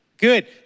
Good